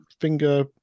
Finger